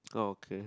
okay